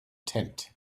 tent